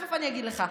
תכף אני אגיד לך.